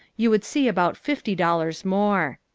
you would see about fifty dollars more.